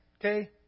okay